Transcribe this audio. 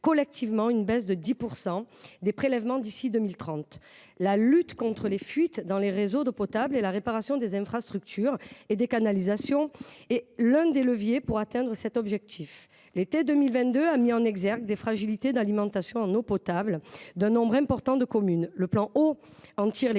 collectivement une baisse de 10 % des prélèvements d’ici à 2030. La lutte contre les fuites dans les réseaux d’eau potable et la réparation des infrastructures et des canalisations sont l’un des leviers pour atteindre cet objectif. L’été 2022 a mis en exergue les fragilités d’alimentation en eau potable d’un nombre important de communes. Le plan eau en tire les